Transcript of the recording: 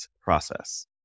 process